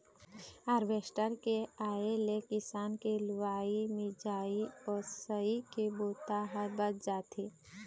harvester के आए ले किसान के लुवई, मिंजई, ओसई के बूता ह बाँच जाथे